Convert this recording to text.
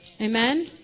Amen